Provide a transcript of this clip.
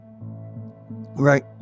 Right